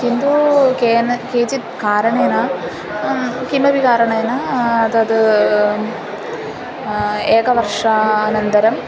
किन्तु केन केनचित् कारणेन किमपि कारणेन तद् एकवर्षानन्तरं